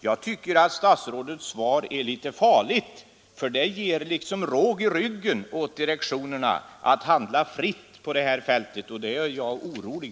Jag tycker att statsrådets svar är farligt — det ger liksom råg i ryggen åt direktionen att handla fritt på det här fältet, och detta gör mig orolig.